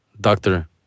doctor